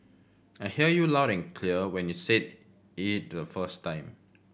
I hear you loud and clear when you said it the first time